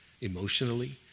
emotionally